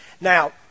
Now